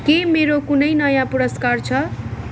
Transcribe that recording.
के मेरो कुनै नयाँ पुरस्कार छ